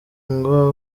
ngo